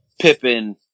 Pippin